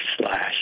slash